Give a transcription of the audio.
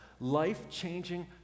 life-changing